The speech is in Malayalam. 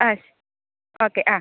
ആ ഓക്കെ ആ